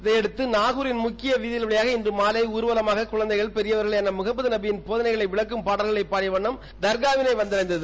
இதையடுத்து நாகூரின் முக்கிய வீதி வழியாக இன்று மாலை ஊர்வலமாக குழந்தைகள் பெரியவர்கள் என முகமது நபியின் போதனைகளை விளக்கும் பாடல்களை பாடிய வண்ணம் தர்காவினை வந்தடைந்தது